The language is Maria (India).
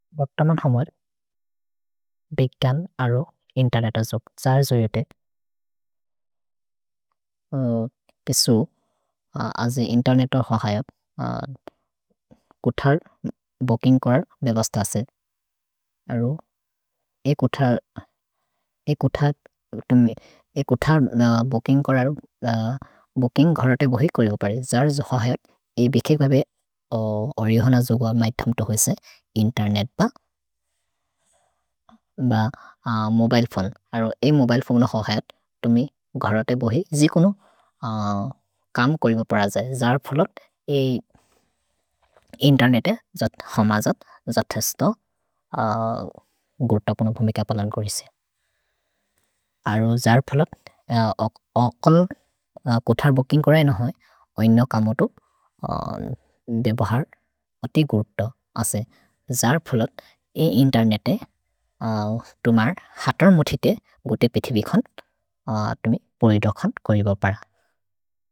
भक्तमन् हमर् बिक्यन् अरो इन्तेर्नेत जोग्। जर् जोयेते पिसो अजे इन्तेर्नेत होहयत् कुथर् बोकिन्ग् कोरर् मेबस्त असे। अरो ए कुथर् बोकिन्ग् घरते बोहि कोलि हो परि। जर् जोयेते होहयत् ए बिकि गबे ओरिहोन जोग मैथम्तो होसे इन्तेर्नेत् प। भ मोबिले फोने। अरो ए मोबिले फोने होहयत् तुमि घरते बोहि जिकुनु कम् कोरिम परजए। जर् फोलत् ए इन्तेर्नेते जत् हमजत् जत् हस्तो गुर्त पुनो भुमिक पलन् गोरिसे। अरो जर् फोलत् ओकल् कुथर् बोकिन्ग् कोरये नहोए। ओइनो कमोतो देबहर् अति गुर्त असे। जर् फोलत् ए इन्तेर्नेते तुमर् हतर् मुथिते गुर्ते पिथि बिखन् तुमि बोहि दखन् कोरिगो पर।